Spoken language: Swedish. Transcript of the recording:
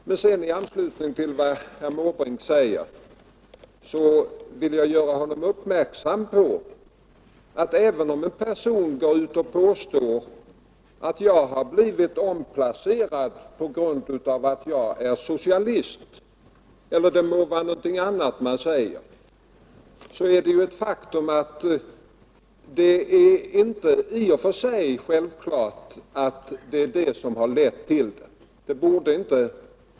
Men i anslutning till vad herr Måbrink säger vill jag göra honom uppmärksam på att bara för att en person går ut och påstår att han blivit omplacerad på grund av att han är socialist — eller om det är någonting annat han säger — så är det inte i och för sig självklart att det är detta som har lett till omplaceringen.